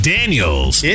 Daniels